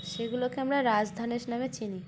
সেগুলোকে আমরা রাজ ধনেশ নামে চিনি